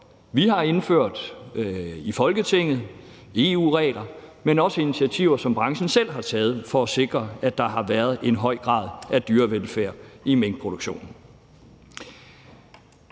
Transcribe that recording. vi har indført i Folketinget, EU-regler, men også initiativer, som branchen selv har taget for at sikre, at der har været en høj grad af dyrevelfærd i minkproduktionen.